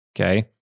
okay